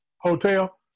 Hotel